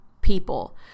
people